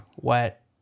wet